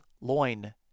loin